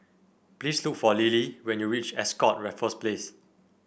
please look for Lily when you reach Ascott Raffles Place